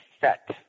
Set